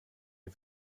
det